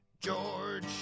George